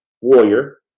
Warrior